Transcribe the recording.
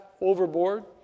overboard